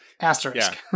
Asterisk